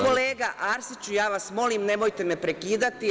Kolega Arsiću, ja vas molim, nemojte me prekidati.